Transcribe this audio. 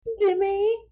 Jimmy